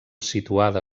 situada